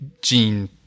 gene